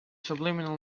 subliminal